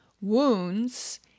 wounds